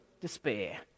despair